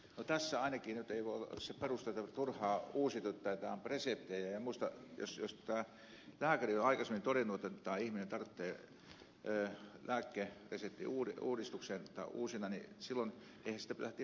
no tässä ainakaan nyt ei voi olla se perustelu että turhaan uusitaan reseptejä ja jos lääkäri on aikaisemmin todennut että ihminen tarvitsee lääkereseptin uusinnan niin eihän siitä silloin pidä lähteä maksua ottamaan